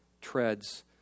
treads